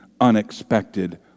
unexpected